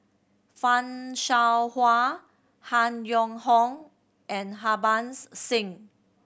Fan Shao Hua Han Yong Hong and Harbans Singh